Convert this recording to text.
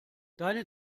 deine